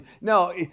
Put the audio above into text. No